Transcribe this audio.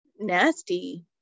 nasty